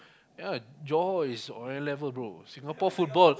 ya Johor is on another level bro Singapore football